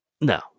No